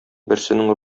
берсенең